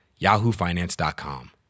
yahoofinance.com